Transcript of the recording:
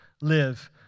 live